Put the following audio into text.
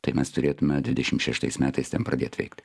tai mes turėtume dvidešim šeštais metais ten pradėt veikt